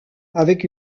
avec